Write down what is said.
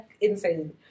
insane